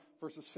verses